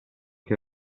che